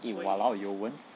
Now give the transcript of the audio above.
eh !walao! 有蚊子